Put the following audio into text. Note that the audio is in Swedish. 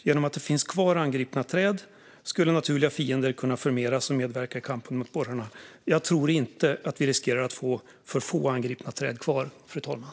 Genom att man lämnar kvar angripna träd skulle naturliga fiender kunna förmeras och medverka i kampen mot borrarna. Jag tror inte att vi riskerar få alltför få angripna träd kvar, fru talman.